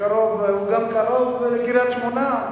הוא גם קרוב לקריית-שמונה.